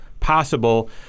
possible